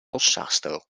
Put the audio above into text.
rossastro